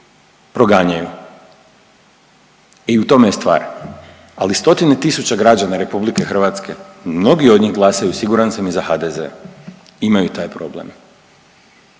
proganjaju. I u tome je stvar, ali stotine tisuća građana RH, mnogi od njih glasaju siguran sam i za HDZ, imaju taj problem.